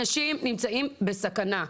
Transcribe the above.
אנשים נמצאים בסכנה,